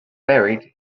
buried